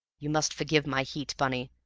you must forgive my heat, bunny,